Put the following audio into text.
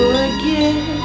again